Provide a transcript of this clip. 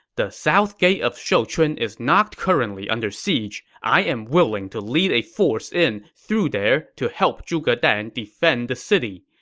the south gate of shouchun is not currently under siege. i am willing to lead a force in through there to help zhuge dan defend the city.